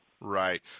Right